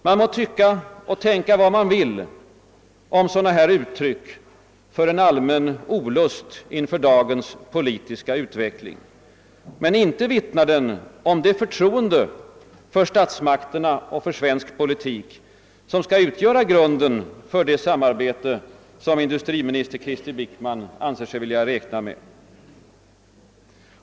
Man må tycka och tänka vad man vill om sådana uttryck för en allmän olust inför dagens politiska utveckling, men inte vittnar de om det förtroende för statsmakterna och för svensk politik som skall utgöra grunden för det samarbete industriminister Krister Wickman anser sig kunna räkna med.